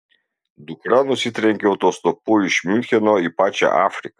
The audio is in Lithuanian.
dukra nusitrenkė autostopu iš miuncheno į pačią afriką